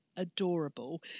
adorable